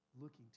looking